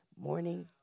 Morning